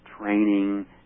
training